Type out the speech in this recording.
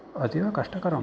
अतीवकष्टकरं